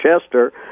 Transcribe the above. Chester